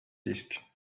disk